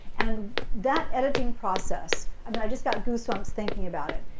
and that editing process, i mean, i just got goosebumps thinking about it.